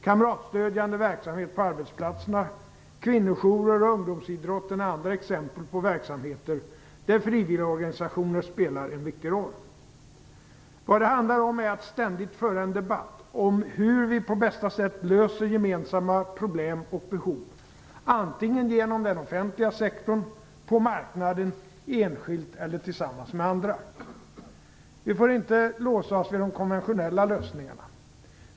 Kamratstödjande verksamhet på arbetsplatserna, kvinnojourer och ungdomsidrotten är andra exempel på verksamhet där frivilliginsatser spelar en viktig roll. Vad det handlar om är att ständigt föra en debatt om hur vi på bästa sätt löser gemensamma problem och behov: antingen genom den offentliga sektorn, på marknaden, enskilt eller tillsammans med andra. Vi får inte låsa oss vid de konventionella lösningarna.